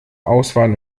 auswahl